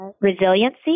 resiliency